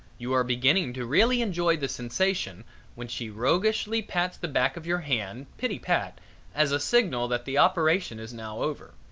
you are beginning to really enjoy the sensation when she roguishly pats the back of your hand pitty pat as a signal that the operation is now over.